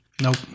Nope